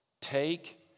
Take